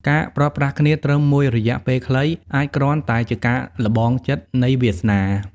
ការព្រាត់ប្រាសគ្នាត្រឹមមួយរយៈពេលខ្លី អាចគ្រាន់តែជាការល្បងចិត្តនៃវាសនា។